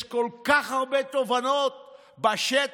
יש כל כך הרבה תובנות בשטח,